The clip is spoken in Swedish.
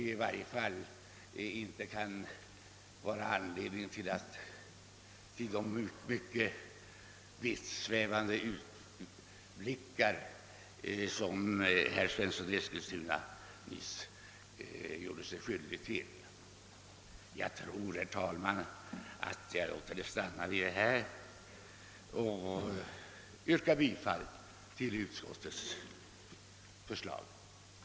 I varje fall kan den inte utgöra någon grund för de mycket vittsvävande utblickar som herr Svensson i Eskilstuna gjorde sig skyldig till. Jag tror, herr talman, att jag låter det stanna vid detta, och yrkar bifall till utskottets förslag.